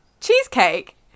cheesecake